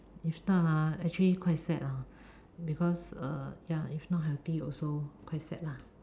if not ah actually quite sad lah because uh ya if not healthy also quite sad lah